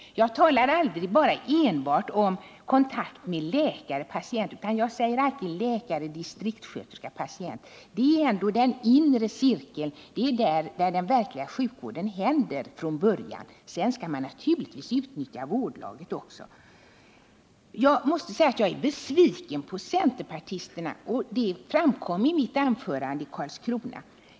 Jag talar aldrig enbart om kontakten mellan läkare och patient utan alltid om kontakten mellan läkare, distriktssköterska och patient. Det är ändå den inre cirkeln, och det är där som den verkliga sjukvården försiggår från början, men sedan skall man naturligtvis utnyttja vårdlaget också. Jag måste säga att jag är besviken på centerpartisterna. Det framgick av mitt anförande i Karlskrona.